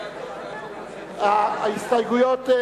ההסתייגויות,